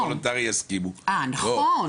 אם רק 20% וולונטרי יסכימו --- נכון.